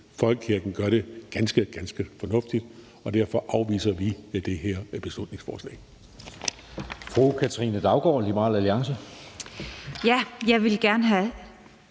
Folkekirken gør det ganske, ganske fornuftigt, og derfor afviser vi det her beslutningsforslag.